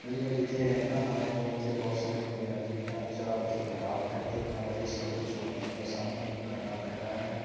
ਹਾਂਜੀ ਮੈਂ ਜਿੱਥੇ ਰਹਿੰਦਾ ਹਾਂ ਮੈਨੂੰ ਉੱਥੇ ਬਹੁਤ ਸਾਰੀਆਂ ਬੁਨਿਆਦੀ ਢਾਂਚਾ ਉੱਥੇ ਖਰਾਬ ਹੈ ਅਤੇ ਆਵਾਜਾਈ ਸੰਬੰਧੀ ਚੁਣੌਤੀਆਂ ਦਾ ਸਾਹਮਣਾ ਮੈਨੂੰ ਕਰਨਾ ਪੈਂਦਾ ਹੈ